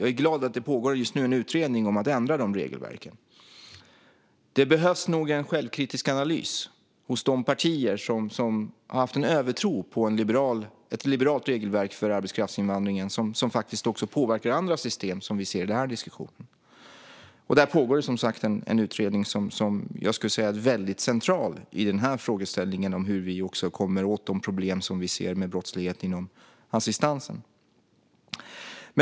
Jag är glad att det just nu pågår en utredning om att ändra de regelverken. Det behövs nog en självkritisk analys hos de partier som har haft en övertro på ett liberalt regelverk för arbetskraftsinvandringen som också påverkar andra system, som vi ser i den här diskussionen. Där pågår som sagt en utredning som är väldigt central i frågeställningen om hur vi kommer åt de problem som vi ser med brottslighet inom assistansen.